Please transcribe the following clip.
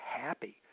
happy